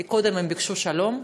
כי קודם הם ביקשו בית-משפט שלום,